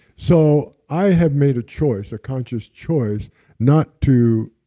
so, i had made a choice, a conscious choice not to